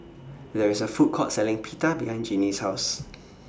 There IS A Food Court Selling Pita behind Ginny's House